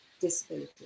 disability